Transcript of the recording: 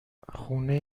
خونه